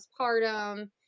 postpartum